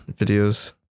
videos